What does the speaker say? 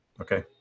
Okay